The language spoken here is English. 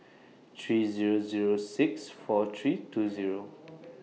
three Zero Zero six four three two Zero